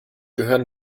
gehören